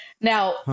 Now